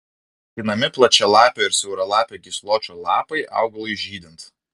skinami plačialapio ir siauralapio gysločio lapai augalui žydint